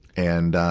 and, ah,